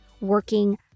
working